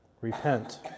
repent